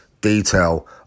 detail